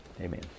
Amen